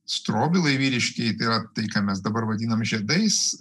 strobilai vyriškieji tai yra tai ką mes dabar vadinam žiedais